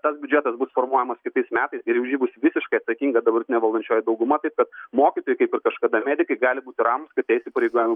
tas biudžetas bus formuojamas kitais metais ir už jį bus visiškai atsakinga dabartinė valdančioji dauguma kaip kad mokytojai kaip ir kažkada medikai gali būti ramūs kad tie įsipareigojimai